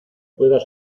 puedas